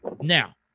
Now